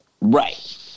right